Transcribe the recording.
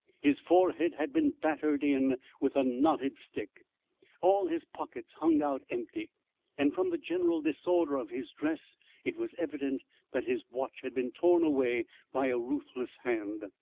his forehead had been battered in with a knotted stick all his pockets hung out empty and from the general disorder of his dress it was evident that his watch had been torn away by a ruthless hand.